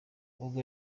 ubwo